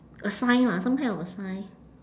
a sign lah some kind of a sign